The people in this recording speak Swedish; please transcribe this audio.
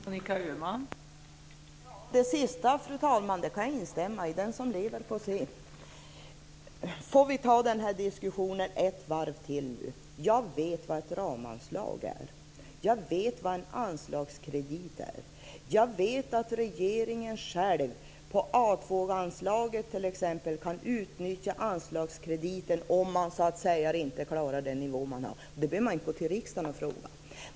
Fru talman! Det sista kan jag instämma i. Den som lever får se. Nu får vi alltså ta den här diskussionen ett varv till. Jag vet vad ett ramanslag är. Jag vet vad en anslagskredit är. Jag vet att regeringen själv på t.ex. A 2-anslaget kan utnyttja anslagskrediten om man inte klarar nivån. Det behöver man inte gå till riksdagen och fråga om.